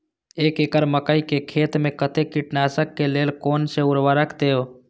एक एकड़ मकई खेत में कते कीटनाशक के लेल कोन से उर्वरक देव?